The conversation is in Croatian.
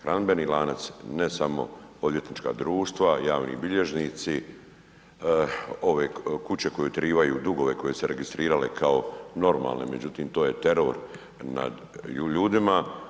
Hranidbeni lanac, ne samo odvjetnička društva, javni bilježnici, kuće koje utjeravaju dugove koje su se registrirale kao normalne, međutim to je teror nad ljudima.